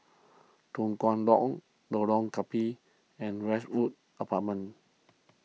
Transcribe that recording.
Tua Kong Long Lorong Gambir and Westwood Apartments